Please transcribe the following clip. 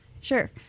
Sure